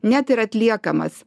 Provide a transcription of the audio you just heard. net ir atliekamas